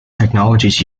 technologies